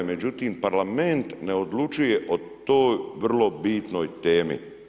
Međutim, parlament ne odlučuje o toj vrlo bitnoj temi.